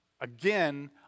Again